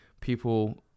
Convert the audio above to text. people